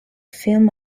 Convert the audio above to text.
film